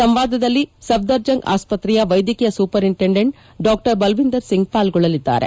ಸಂವಾದದಲ್ಲಿ ಸಫ್ಟರ್ ಜಂಗ್ ಆಸ್ಪತ್ರೆಯ ವೈದ್ಯಕೀಯ ಸೂಪರಿಂಟೆಂಡೆಂಟ್ ಡಾಕ್ಟರ್ ಬಲ್ವಿಂದರ್ ಸಿಂಗ್ ಪಾಲ್ಗೊಳ್ಳಲಿದ್ದಾರೆ